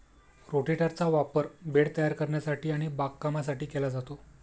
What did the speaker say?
रोटेटरचा वापर बेड तयार करण्यासाठी आणि बागकामासाठी केला जातो